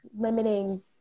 limiting